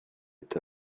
est